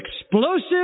explosive